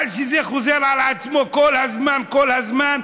אבל כשזה חוזר על עצמו כל הזמן, כל הזמן,